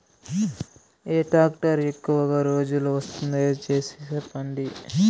ఏ tractor ఎక్కువగా రోజులు వస్తుంది, దయసేసి చెప్పండి?